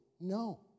no